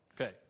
Okay